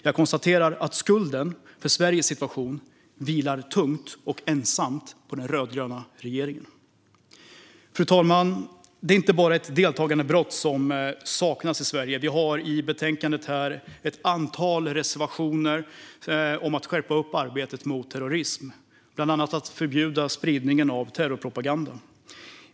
Jag konstaterar att skulden för Sveriges situation vilar tungt och ensamt på den rödgröna regeringen. Fru talman! Det är inte bara ett deltagandebrott som saknas i svensk lag. Vi har i betänkandet ett antal reservationer om att skärpa arbetet mot terrorism, bland annat att förbjuda spridning av terrorpropaganda.